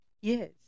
Yes